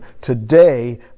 Today